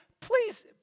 Please